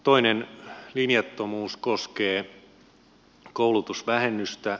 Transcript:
toinen linjattomuus koskee koulutusvähennystä